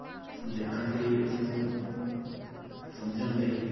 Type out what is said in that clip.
ਉਸਨੂੰ ਦੇਖਣ ਲਈ ਉਸਨੂੰ ਸਮਝਣ ਲਈ